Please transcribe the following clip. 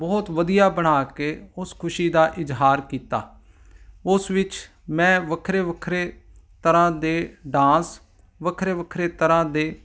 ਬਹੁਤ ਵਧੀਆ ਬਣਾ ਕੇ ਉਸ ਖੁਸ਼ੀ ਦਾ ਇਜ਼ਹਾਰ ਕੀਤਾ ਉਸ ਵਿੱਚ ਮੈਂ ਵੱਖਰੇ ਵੱਖਰੇ ਤਰ੍ਹਾਂ ਦੇ ਡਾਂਸ ਵੱਖਰੇ ਵੱਖਰੇ ਤਰ੍ਹਾਂ ਦੇ